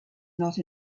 not